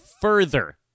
further